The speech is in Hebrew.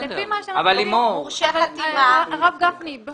זאת בעצם הטלת אחריות ניהולית על חברי ועד.